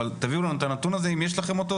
אבל תביאו לנו את הנתון הזה אם יש לכם אותו,